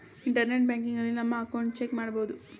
internet ಬ್ಯಾಂಕಿನಲ್ಲಿ ನಮ್ಮ account check ಮಾಡಬಹುದು